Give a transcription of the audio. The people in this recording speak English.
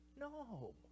No